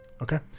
Okay